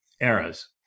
eras